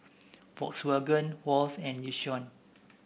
Volkswagen Wall's and Yishion